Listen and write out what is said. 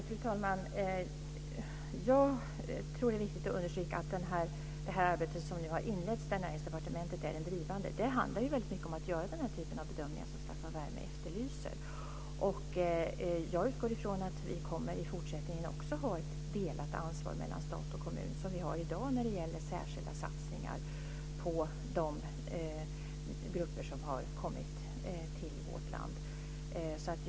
Fru talman! Jag tror att det är viktigt att understryka att det arbete som nu har inletts, där Näringsdepartementet är drivande, väldigt mycket handlar om att göra den typen av bedömningar som Staffan Jag utgår från att det också i fortsättningen kommer att vara ett delat ansvar mellan stat och kommun, som det är i dag när det gäller särskilda satsningar på de grupper som har kommit till vårt land.